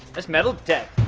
let's metal detect.